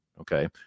Okay